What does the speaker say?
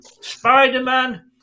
Spider-Man